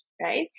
Right